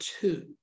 two